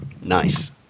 Nice